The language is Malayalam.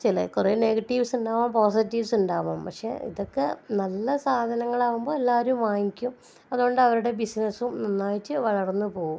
ചില കുറെ നെഗറ്റീവ്സ്ണ്ടാവും പോസിറ്റീവ്സ്ണ്ടാവും പക്ഷേ ഇതൊക്കെ നല്ല സാധനങ്ങളാകുമ്പോൾ എല്ലാവരും വാങ്ങിക്കും അതുകൊണ്ടവരുടെ ബിസിനസും നന്നായിട്ട് വളർന്നു പോകും